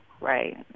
right